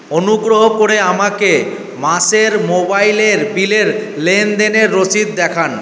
অনুগ্রহ করে আমাকে মাসের মোবাইলের বিলের লেনদেনের রসিদ দেখান